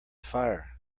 fire